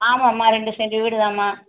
ஆமாம்மா ரெண்டு செண்டு வீடுதான்ம்மா